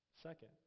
Second